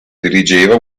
dirigeva